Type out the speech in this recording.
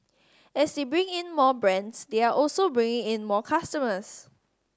as they bring in more brands they are also bringing in more customers